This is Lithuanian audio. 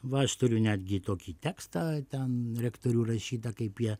va aš turiu netgi tokį tekstą ten rektorių rašyta kaip jie